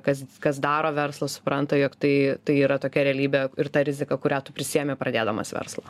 kas kas daro verslas supranta jog tai tai yra tokia realybė ir ta rizika kurią tu prisiėmi pradėdamas verslą